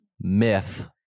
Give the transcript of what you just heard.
myth